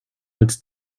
als